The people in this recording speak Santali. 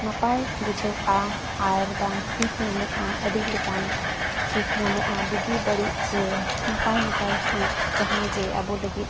ᱱᱟᱯᱟᱭ ᱵᱩᱡᱷᱟᱹᱜᱼᱟ ᱟᱨ ᱵᱟᱝ ᱥᱤᱠ ᱧᱟᱢᱚᱜᱼᱟ ᱟᱹᱰᱤ ᱞᱮᱠᱟᱱ ᱥᱤᱠ ᱧᱟᱢᱚᱜᱼᱟ ᱵᱩᱜᱤ ᱵᱟᱹᱲᱤᱡ ᱪᱮ ᱱᱟᱯᱟᱭ ᱱᱟᱯᱟᱭ ᱥᱤᱠ ᱡᱟᱦᱟᱸ ᱡᱮ ᱟᱵᱚ ᱞᱟᱹᱜᱤᱫ